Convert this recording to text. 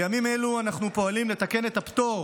בימים אלה אנחנו פועלים לתקן את הפטור